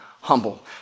humble